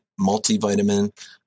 Multivitamin